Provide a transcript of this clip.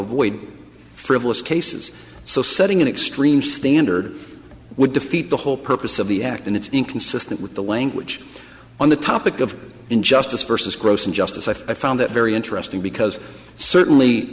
avoid frivolous cases so setting an extreme standard would defeat the whole purpose of the act and it's inconsistent with the language on the topic of injustice versus gross injustice i found that very interesting because certainly